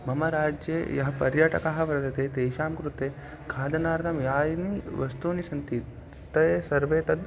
मम राज्ये ये पर्यटकाः वर्तन्ते तेषां कृते खादनार्थं यानि वस्तूनि सन्ति ते सर्वे तद्